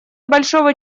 большого